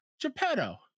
geppetto